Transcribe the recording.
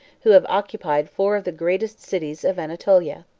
who have occupied four of the greatest cities of anatolia.